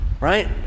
right